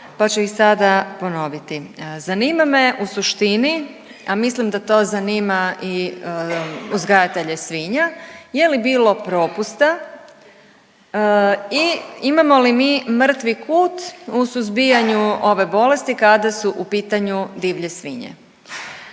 pa ću ih sada ponoviti. Zanima me u suštini, a mislim da to zanima i uzgajatelje svinja je li bilo propusta i imamo li mi mrtvi kut u suzbijanju ove bolesti kada su u pitanju divlje svinje.